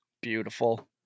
Beautiful